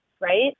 right